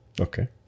Okay